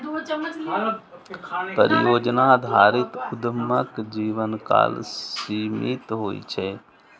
परियोजना आधारित उद्यमक जीवनकाल सीमित होइ छै